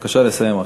בבקשה לסיים.